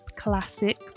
Classic